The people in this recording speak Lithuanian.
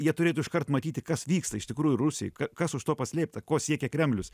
jie turėtų iškart matyti kas vyksta iš tikrųjų rusijoj kas už to paslėpta ko siekia kremlius